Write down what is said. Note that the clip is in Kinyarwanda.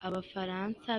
abafaransa